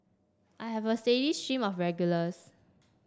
I have a steady stream of regulars